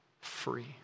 free